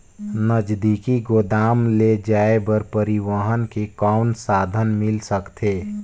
नजदीकी गोदाम ले जाय बर परिवहन के कौन साधन मिल सकथे?